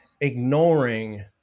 ignoring